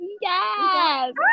Yes